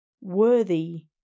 worthy